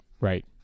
Right